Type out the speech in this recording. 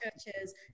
churches